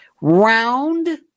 Round